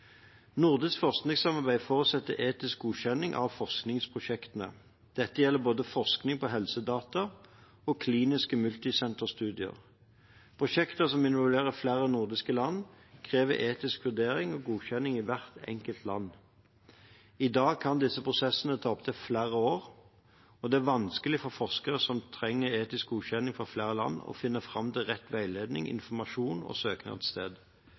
Nordisk forskningssamarbeid forutsetter etisk godkjenning av forskningsprosjektene. Det gjelder både forskning på helsedata og kliniske multisenterstudier. Prosjekter som involverer flere nordiske land, krever etisk vurdering og godkjenning i hvert enkelt land. I dag kan disse prosessene ta opptil flere år, og det er vanskelig for forskere som trenger etisk godkjenning fra flere land, å finne fram til rett veiledning, informasjon og